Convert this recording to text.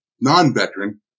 non-veteran